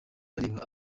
bareba